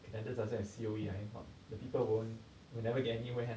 the people won't will never get anywhere